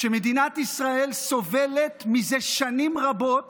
שמדינת ישראל סובלת זה שנים רבות